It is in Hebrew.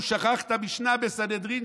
הוא שכח את המשנה בסנהדרין,